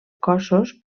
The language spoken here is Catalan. cossos